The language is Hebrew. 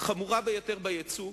חמורה ביותר בייצוא,